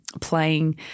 playing